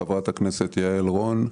לחברת הכנסת יעל רון.